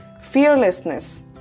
fearlessness